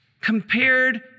compared